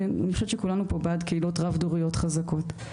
חושבת שכולנו פה בעד קהילות רב דוריות חזקות,